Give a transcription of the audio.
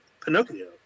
Pinocchio